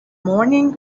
morning